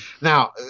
Now